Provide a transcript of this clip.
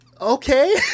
okay